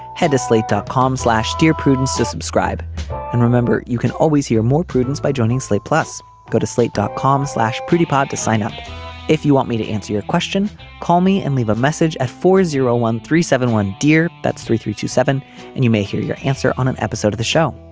head to slate dot com slash dear prudence to subscribe and remember you can always hear more prudence by joining slate plus go to slate dot com slash pretty pod to sign up if you want me to answer your question call me and leave a message at four zero one three seven one dear that's three three two seven and you may hear your answer on an episode of the show.